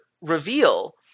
reveal